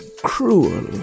cruel